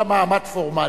אין לה מעמד פורמלי.